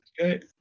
Okay